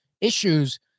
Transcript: issues